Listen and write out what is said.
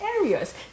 areas